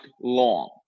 long